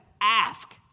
ask